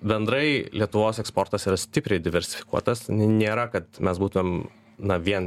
bendrai lietuvos eksportas yra stipriai diversifikuotas nėra kad mes būtumėm na vien